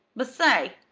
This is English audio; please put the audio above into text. but, say,